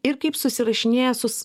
ir kaip susirašinėja su